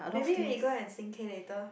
maybe we go and sing K later